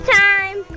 time